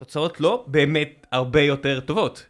הוצאות לא באמת הרבה יותר טובות